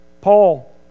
Paul